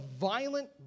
violent